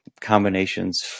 combinations